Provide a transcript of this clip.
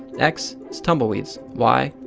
x is tumbleweeds. y,